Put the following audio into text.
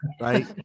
Right